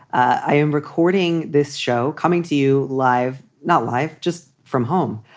i am recording this show coming to you live, not life, just from home,